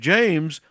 James